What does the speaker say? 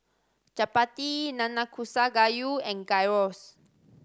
Chapati Nanakusa Gayu and Gyros